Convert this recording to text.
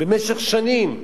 במשך שנים.